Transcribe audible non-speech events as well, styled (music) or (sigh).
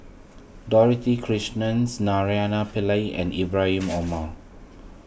Dorothy Krishnan (unintelligible) Naraina Pillai and (noise) Ibrahim Omar